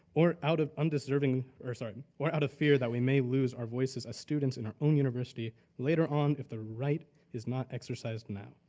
or out of undeserving or sorry out of fear that we may lose our voice as student in our own university later on if the right is not exercised now.